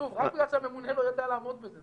שוב, רק בגלל שהממונה לא יודע לעמוד בזה.